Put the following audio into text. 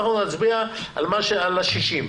אנחנו נצביע על ה-60.